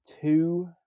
two